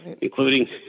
including